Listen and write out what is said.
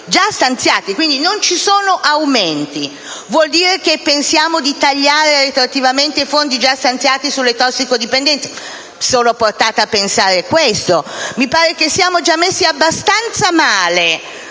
già stanziati, quindi non ci sono aumenti. Vuol dire che pensiamo di tagliare retroattivamente i fondi già stanziati sulle tossicodipendenze? Sono portata a pensarlo. Mi pare che siamo già messi abbastanza male